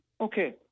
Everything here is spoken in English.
okay